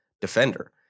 defender